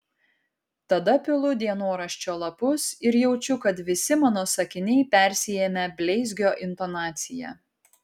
tada pilu dienoraščio lapus ir jaučiu kad visi mano sakiniai persiėmę bleizgio intonacija